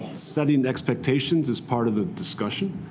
setting expectations is part of the discussion.